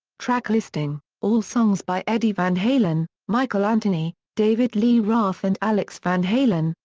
track listing all songs by eddie van halen, michael anthony, david lee roth and alex van halen,